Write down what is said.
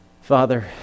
Father